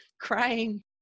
crying